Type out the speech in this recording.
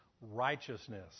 righteousness